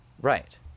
right